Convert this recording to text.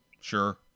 Sure